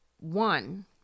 One